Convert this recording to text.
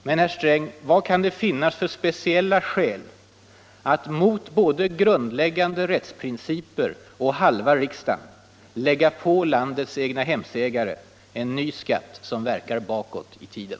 Men, herr Sträng, vad kan det finnas för ”speciella skäl” att mot både grundläggande rättsprinciper och halva riksdagen lägga på landets egnahemsägare en ny skatt som verkar bakåt i tiden?